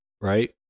right